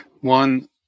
One